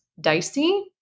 dicey